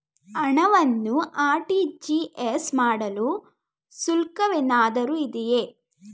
ಹಣವನ್ನು ಆರ್.ಟಿ.ಜಿ.ಎಸ್ ಮಾಡಲು ಶುಲ್ಕವೇನಾದರೂ ಇದೆಯೇ?